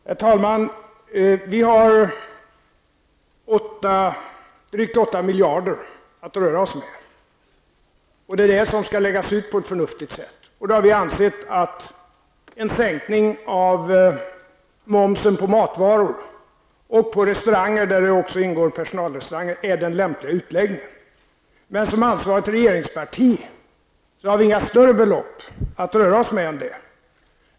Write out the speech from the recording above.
Herr talman! Vi har drygt 8 miljarder att röra oss med. Det är belopp som skall läggas ut på ett förnuftigt sätt. Då har vi ansett att en sänkning av momsen på matvaror, och på restauranger vari ingår personalrestauranger, är det lämpliga tillvägagångssättet. Men som ansvarigt regeringsparti har vi inte större belopp än så att röra oss med.